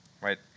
right